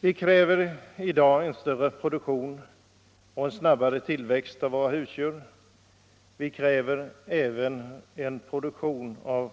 Vi kräver i dag en större produktion och en snabbare tillväxt av våra husdjur. Vi kräver även sådana produkter av